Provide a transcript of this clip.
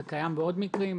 זה קיים בעוד מקרים,